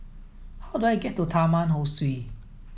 how do I get to Taman Ho Swee